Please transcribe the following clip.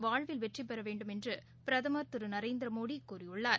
வாழ்வில் வெற்றிபெறவேண்டும் என்றுபிரதமர் திருநரேந்திரமோடிகூறியுள்ளார்